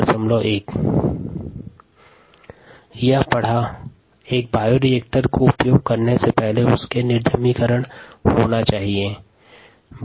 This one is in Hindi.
हमने यह पढ़ा कि एक बायोरिएक्टर का उपयोग करने से पहले उसका निर्जमिकरण होना चाहिए